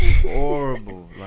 Horrible